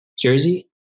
jersey